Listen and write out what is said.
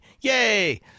Yay